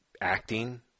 acting